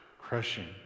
crushing